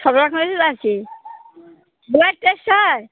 সব রকমেরই আছে ব্লাড টেস্ট হয়